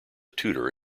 tutor